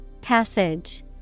Passage